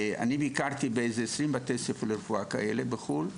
אני ביקרתי ב-20 בתי ספר לרפואה כאלה בחו"ל,